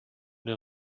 den